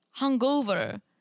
hungover